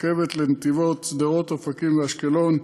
רכבת לנתיבות, שדרות, אופקים ואשקלון,